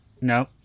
No